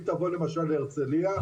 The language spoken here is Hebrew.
אם תבוא למשל להרצליה,